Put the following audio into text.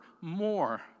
more